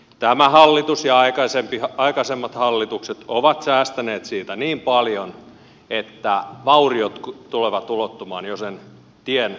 tämä hallitus ja aikaisemmat hallitukset ovat säästäneet siitä niin paljon että vauriot tulevat ulottumaan jo niiden teiden perusrunkoon